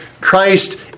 Christ